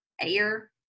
air